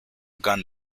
gun